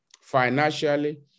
financially